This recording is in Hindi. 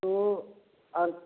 तो और